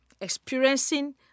experiencing